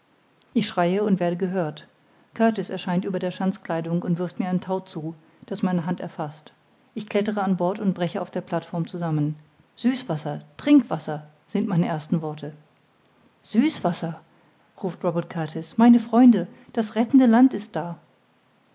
ich schreie und werde gehört kurtis erscheint über der schanzkleidung und wirft mir ein tau zu das meine hand erfaßt ich klettere an bord und breche auf der plateform zusammen süßwasser trinkwasser sind meine ersten worte süßwasser ruft robert kurtis meine freunde das rettende land ist da